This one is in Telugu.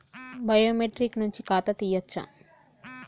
బయోమెట్రిక్ నుంచి ఖాతా తీయచ్చా?